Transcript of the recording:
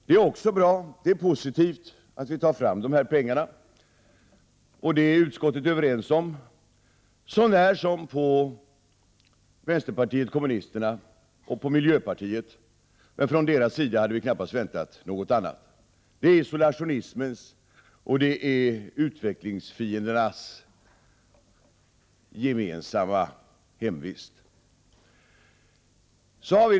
Det är också bra, och det är positivt att pengarna tas fram. Utskottet är också överens om detta, så när som på vänsterpartiet kommunisterna och miljöpartiet. Men från deras sida hade vi knappast väntat något annat. De utgör isolationismens och utvecklingsfiendernas gemensamma hemvist.